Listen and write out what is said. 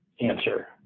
answer